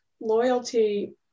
loyalty